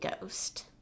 Ghost